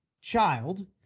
child